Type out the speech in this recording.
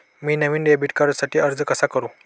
मी नवीन डेबिट कार्डसाठी अर्ज कसा करू?